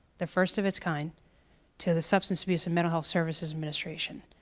the first of its kind to the substance abuse and mental health services administration.